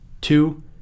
Two